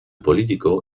político